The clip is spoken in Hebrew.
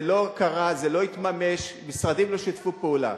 זה לא קרה, זה לא התממש, משרדים לא שיתפו פעולה.